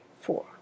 four